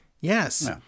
Yes